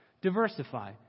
diversify